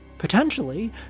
Potentially